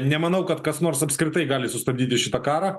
nemanau kad kas nors apskritai gali sustabdyti šitą karą